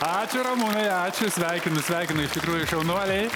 ačiū ramūnui ačiū sveikinu sveikinu iš tikrųjų šaunuoliai